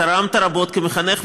תרמת רבות כמחנך,